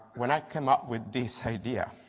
when i came up with this idea.